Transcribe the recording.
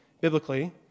biblically